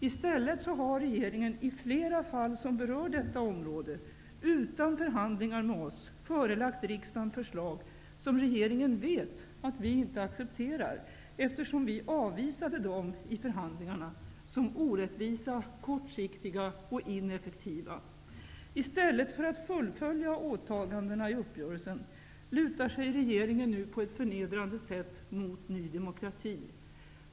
I stället har regeringen i flera fall, som berör detta område, utan förhandlingar med oss, förelagt riksdagen förslag som regeringen vet att vi inte ac cepterar, eftersom vi avvisade dem i förhandling arna som orättvisa, kortsiktiga och ineffektiva. I stället för att fullfölja åtagandena i uppgörel sen lutar sig regeringen nu på ett förnedrande sätt mot Ny demokrati.